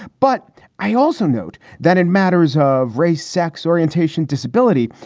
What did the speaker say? but i also note that in matters of race, sex, orientation, disability,